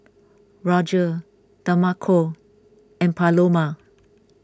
Roger Demarco and Paloma